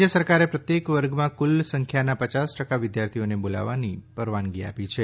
રાજ્ય સરકારે પ્રત્યેક વર્ગમાં કુલ સંખ્યાના પયાસ ટકા વિદ્યાર્થીઓને બોલાવવાની પરવાનગી આપી છે